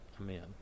amen